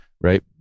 right